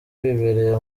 bibereye